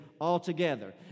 altogether